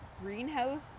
greenhouse